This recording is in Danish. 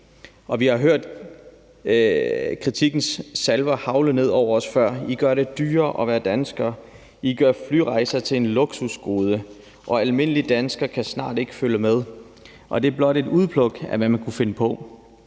også hørt kritikkens salver hagle ned over os før: I gør det dyrere at være dansker, I gør flyrejser til et luksusgode, og almindelige danskere kan snart ikke følge med. Og det er blot et udpluk af, hvad man har kunnet finde på.